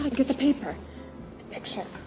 and get the paper, the picture.